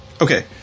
Okay